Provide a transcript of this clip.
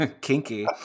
Kinky